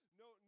no